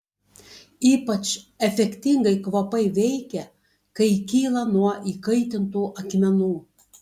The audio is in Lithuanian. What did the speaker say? ypač efektingai kvapai veikia kai kyla nuo įkaitintų akmenų